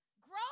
grow